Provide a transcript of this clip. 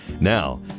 Now